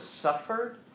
suffered